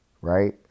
right